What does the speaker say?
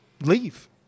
leave